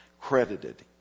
credited